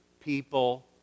people